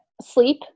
sleep